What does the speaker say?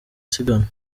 siganwa